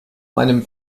meinem